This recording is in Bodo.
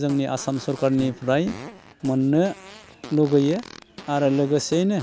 जोंनि आसाम सोरखारनिफ्राय मोननो लुबैयो आरो लोगोसेयैनो